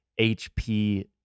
hp